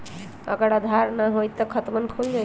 अगर आधार न होई त खातवन खुल जाई?